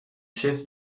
chef